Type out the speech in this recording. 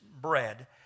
bread